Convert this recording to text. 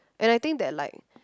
and I think that like